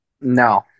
No